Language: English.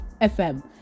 FM